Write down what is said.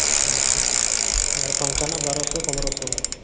ᱟᱪᱪᱷᱟ ᱟᱨ ᱯᱟᱝᱠᱷᱟ ᱨᱮᱱᱟᱜ ᱵᱟᱨᱚ ᱥᱚ ᱯᱚᱸᱫᱽᱨᱚ ᱥᱚ